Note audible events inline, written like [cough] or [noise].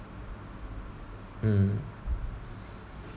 mm [breath]